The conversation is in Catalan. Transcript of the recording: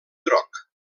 groc